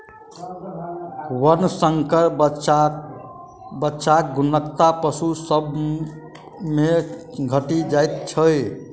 वर्णशंकर बच्चाक गुणवत्ता पशु सभ मे घटि जाइत छै